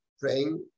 praying